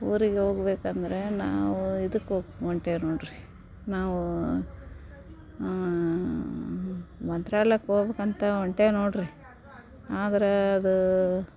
ಊರಿಗೆ ಹೋಗ್ಬೇಕಂದ್ರೆ ನಾವು ಇದಕ್ಕೆ ಹೋಗ್ ಹೊಂಟೇವ್ ನೋಡಿರಿ ನಾವು ಮಂತ್ರಾಲಯ್ಕೆ ಹೋಗ್ಬೇಕಂತ ಹೊಂಟೇವ್ ನೋಡಿರಿ ಆದರೆ ಅದು